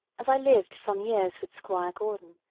as i lived some years with squire gordon,